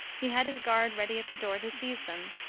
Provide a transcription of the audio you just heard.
he had his guard ready at the door to seize them.